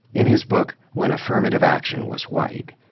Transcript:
in his book, when affirmative action was white,